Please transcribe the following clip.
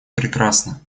прекрасно